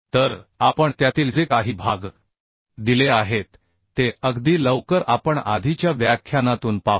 तर आपण त्यातील जे काही भाग दिले आहेत ते अगदी लवकर आपण आधीच्या व्याख्यानातून पाहू